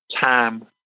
time